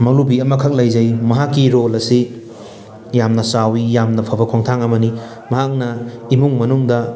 ꯃꯧꯂꯨꯕꯤ ꯑꯃꯈꯛ ꯂꯩꯖꯩ ꯃꯍꯥꯛꯀꯤ ꯔꯣꯜ ꯑꯁꯤ ꯌꯥꯝꯅ ꯆꯥꯎꯋꯤ ꯌꯥꯝꯅ ꯐꯕ ꯈꯣꯡꯊꯥꯡ ꯑꯃꯅꯤ ꯃꯍꯥꯛꯅ ꯏꯃꯨꯡ ꯃꯅꯨꯡꯗ